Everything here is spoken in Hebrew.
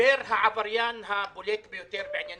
דיבר העבריין הבולט ביותר.